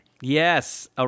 Yes